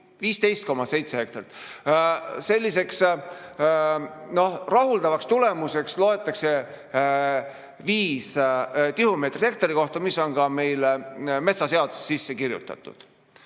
15,7 hektaril. Selliseks rahuldavaks tulemuseks loetakse 5 tihumeetrit hektari kohta, mis on ka meie metsaseadusesse sisse kirjutatud.